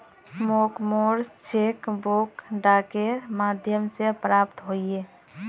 मोक मोर cheque book डाकेर माध्यम से प्राप्त होइए